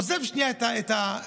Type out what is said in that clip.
עוזב שנייה את המליאה,